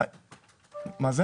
תגיד